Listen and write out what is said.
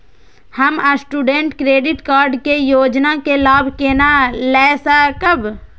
हम student credit card के योजना के लाभ केना लय सकब?